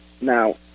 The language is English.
Now